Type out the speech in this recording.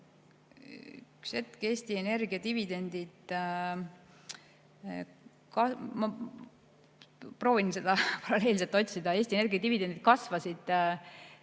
Üks hetk. Eesti Energia dividendid ... proovin seda paralleelselt otsida. Eesti Energia dividendid kasvasid